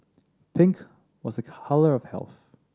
pink was a colour of health